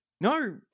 No